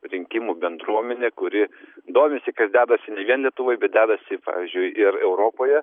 rinkimų bendruomenė kuri domisi kas dedasi ne vien lietuvoj bet dedasi pavyzdžiui ir europoje